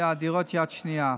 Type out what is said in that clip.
ודירות יד שנייה.